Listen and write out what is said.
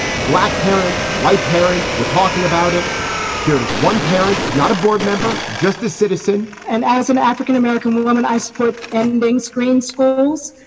black parents, white parents. we're talking about it here as one parent, not a board member, just a citizen and as an african-american woman, i support ending screen schools.